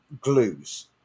glues